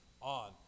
on